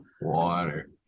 water